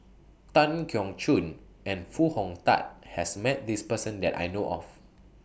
Tan Keong Choon and Foo Hong Tatt has Met This Person that I know of